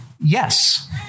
yes